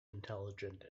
intelligent